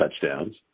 touchdowns